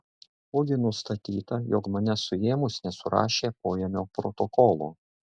ogi nustatyta jog mane suėmus nesurašė poėmio protokolo